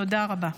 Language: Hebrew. תודה רבה.